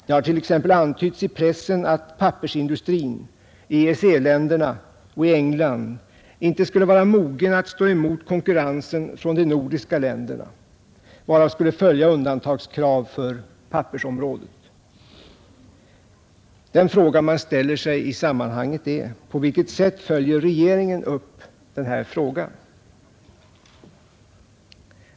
Det har t.ex. antytts i pressen att pappersindustrin i EEC-länderna och i England inte skulle vara mogen att stå emot konkurrensen från de nordiska länderna, varav skulle följa undantagskrav för pappersområdet. Den fråga man ställer sig i sammanhanget är: På vilket sätt följer regeringen upp det här problemet?